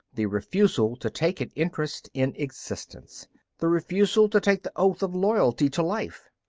the refusal to take an interest in existence the refusal to take the oath of loyalty to life.